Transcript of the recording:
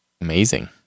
Amazing